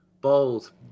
bold